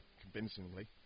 convincingly